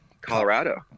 Colorado